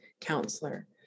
counselor